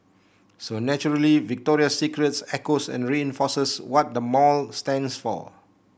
so naturally Victoria's Secret echoes and reinforces what the mall stands for